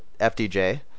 FDJ